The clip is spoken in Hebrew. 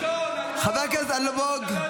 --- חבר הכנסת אלמוג, תודה רבה.